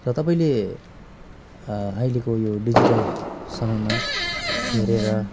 र तपाईँले अहिलेको यो डिजिटल समयमा हेरेर